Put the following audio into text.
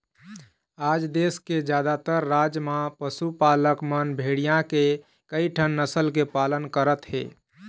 आज देश के जादातर राज म पशुपालक मन भेड़िया के कइठन नसल के पालन करत हे